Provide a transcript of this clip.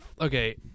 Okay